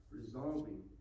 resolving